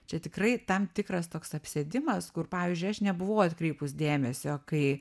čia tikrai tam tikras toks apsėdimas kur pavyzdžiui aš nebuvau atkreipus dėmesio kai